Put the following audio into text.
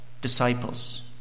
Disciples